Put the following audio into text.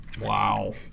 Wow